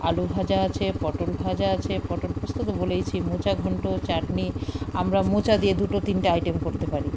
আলু ভাজা আছে পটল ভাজা আছে পটল প্রোস্ত তো বলেইছি মোচা ঘণ্ট চাটনি আমরা মোচা দিয়ে দুটো তিনটে আইটেম করতে পারি